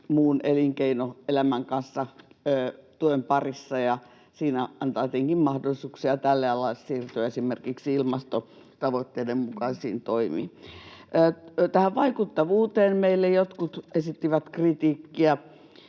muun elinkeinoelämän kanssa tuen parissa, ja se antaa tietenkin mahdollisuuksia tälle alalle siirtyä esimerkiksi ilmastotavoitteiden mukaisiin toimiin. Tähän vaikuttavuuteen liittyen meille jotkut esittivät kritiikkiä,